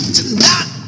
Tonight